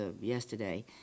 yesterday